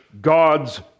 God's